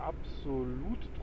Absolut